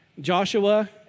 Joshua